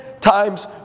times